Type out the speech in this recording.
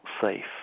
safe